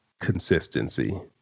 consistency